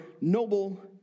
noble